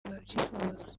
babyifuza